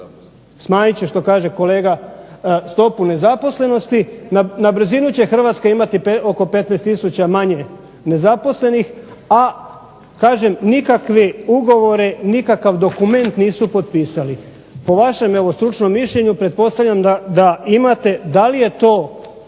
smanjit će što kaže kolega stopu nezaposlenosti, na brzinu će Hrvatska imati oko 15000 manje nezaposlenih, a kažem nikakvi ugovori, nikakav dokument nisu potpisali. Po vašem evo stručnom mišljenju pretpostavljam da imate da li je to